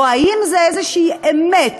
או האם זו איזושהי אמת?